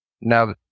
now